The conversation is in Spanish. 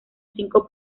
cinco